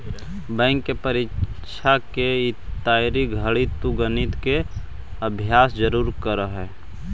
bank के परीक्षा के तइयारी घड़ी तु गणित के अभ्यास जरूर करीह